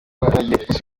ntegereje